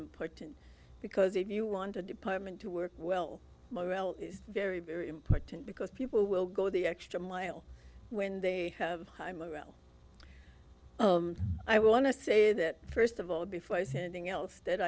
important because if you want a department to work well morale is very very important because people will go the extra mile when they have high morale i want to say that first of all before spending else that